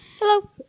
Hello